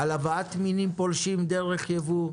על הבאת מינים פולשים דרך יבוא,